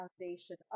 foundation